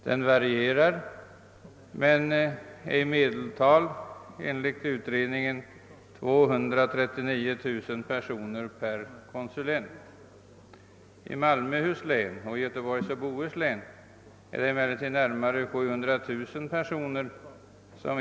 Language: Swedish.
Denna varierar men är i medeltal enligt utredningen 239 000 personer per konsulent. I Malmöhus län och i Göteborgs och Bohus län betjänar emellertid en konsulent närmare 700 000 personer.